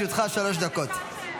בבקשה, לרשותך שלוש דקות.